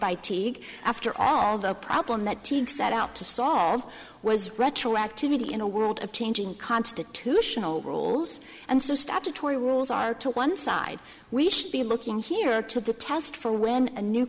by teague after all the problem that team set out to saw was retroactivity in a world of changing constitutional rules and so statutory rules are to one side we should be looking here to the test for when a new